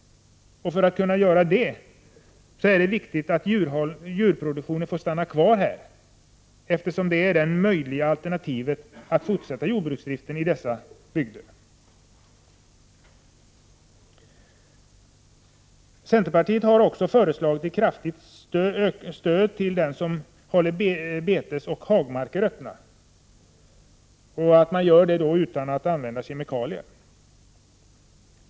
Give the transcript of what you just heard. För att detta skall vara möjligt är det viktigt att djurproduktionen får stanna kvar där, eftersom det är det enda möjliga alternativet för fortsatt jordbruksdrift i dessa bygder. Centerpartiet har också föreslagit ett kraftigt stöd till dem som håller betesoch hagmarker öppna utan att använda kemikalier.